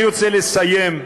אני רוצה לסיים.